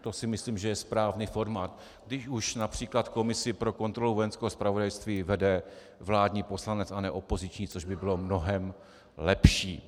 To si myslím, že je správný formát, když už například komisi pro kontrolu vojenského zpravodajství vede vládní poslanec a ne opoziční, což by bylo mnohem lepší.